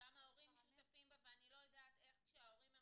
גם ההורים שותפים בה ואני לא יודעת איך כשההורים הם